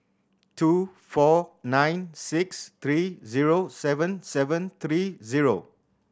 two four nine six three zero seven seven three zero